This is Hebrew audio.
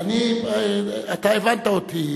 אתה הבנת אותי,